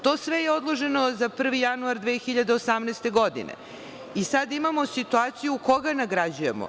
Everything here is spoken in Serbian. To je sve odloženo za 1. januar 2018. godine i sada imamo situaciju koga nagrađujemo?